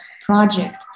project